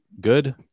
good